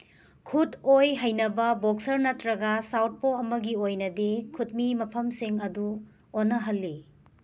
ꯈꯨꯠ ꯑꯣꯏ ꯍꯩꯅꯕ ꯕꯣꯛꯁꯔ ꯅꯠꯇ꯭ꯔꯒ ꯁꯥꯎꯠꯄꯣ ꯑꯃꯒꯤ ꯑꯣꯏꯅꯗꯤ ꯈꯨꯠꯃꯤ ꯃꯐꯝꯁꯤꯡ ꯑꯗꯨ ꯑꯣꯟꯅꯍꯜꯂꯤ